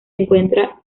encuentra